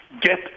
get